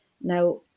Now